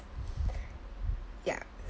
yeah